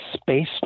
Space